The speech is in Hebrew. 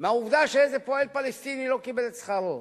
מהעובדה שאיזה פועל פלסטיני לא קיבל את שכרו?